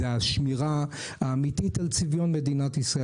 זה השמירה האמיתית על צביון מדינת ישראל.